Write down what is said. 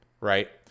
right